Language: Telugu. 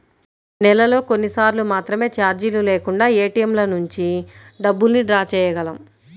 నెలలో కొన్నిసార్లు మాత్రమే చార్జీలు లేకుండా ఏటీఎంల నుంచి డబ్బుల్ని డ్రా చేయగలం